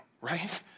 right